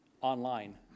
online